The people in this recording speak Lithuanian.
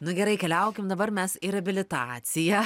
nu gerai keliaukim dabar mes į reabilitaciją